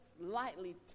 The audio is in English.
lightly